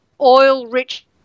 oil-rich